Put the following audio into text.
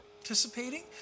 participating